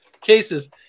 cases